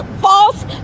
false